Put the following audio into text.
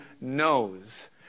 knows